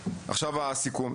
לסיכום,